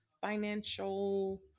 financial